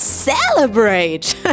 celebrate